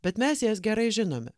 bet mes jas gerai žinome